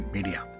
Media